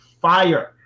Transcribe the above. fire